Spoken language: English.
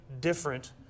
different